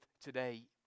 today